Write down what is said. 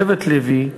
שבט לוי,